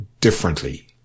differently